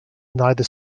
neither